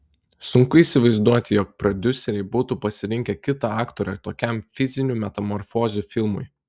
sunku įsivaizduoti jog prodiuseriai būtų pasirinkę kitą aktorę tokiam fizinių metamorfozių filmui